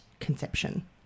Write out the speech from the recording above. conception